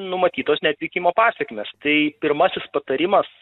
numatytos neatvykimo pasekmės tai pirmasis patarimas